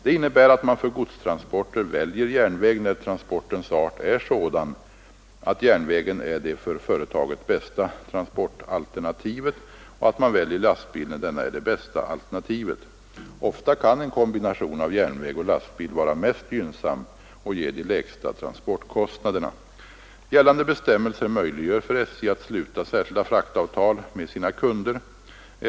Det innebär att man för godstransporter väljer järnväg när transportens art är sådan att järnvägen är det för företaget bästa transportalternativet och att man väljer lastbil när denna är det bästa alternativet. Ofta kan en kombination av järnväg och lastbil vara mest gynnsam och ge de lägsta transportkostnaderna. Gällande bestämmelser möjliggör för SJ att sluta särskilda fraktavtal med sina kunder.